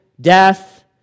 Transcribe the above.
death